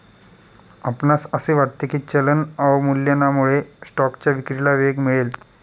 आपणास असे वाटते की चलन अवमूल्यनामुळे स्टॉकच्या विक्रीला वेग मिळेल?